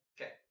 Okay